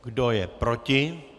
Kdo je proti?